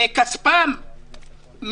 מכספם,